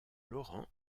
laurent